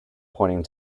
pointing